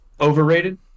Overrated